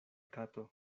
kato